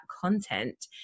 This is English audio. content